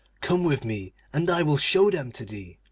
come with me and i will show them to thee.